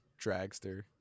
Dragster